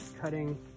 cutting